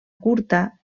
curta